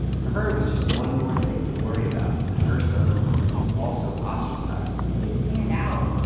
for her, it was just one more thing to worry about that her son would be also ostracized if you stand out,